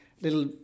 little